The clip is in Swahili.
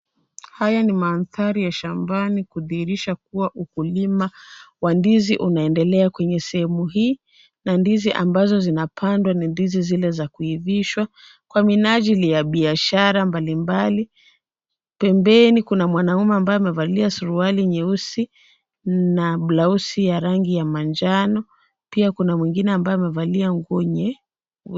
Haya ni mandhari ya shambani kudhihirisha huo ukulima wa ndizi unaendelea kwenye sehemu hii na ndizi ambazo zinapandwa ni ndizi za kuivishwa kwa minajili ya biashara mbalimbali. Pembeni kuna mwanaume ambaye amevalia suruali jeusi na blausi ya rangi ya manjano. Pia kuna mwingine ambaye amevalia nguo nye--